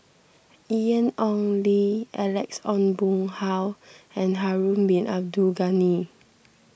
Ian Ong Li Alex Ong Boon Hau and Harun Bin Abdul Ghani